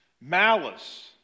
malice